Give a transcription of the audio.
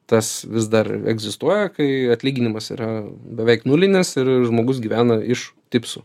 tas vis dar egzistuoja kai atlyginimas yra beveik nulinis ir žmogus gyvena iš tipsų